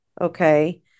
okay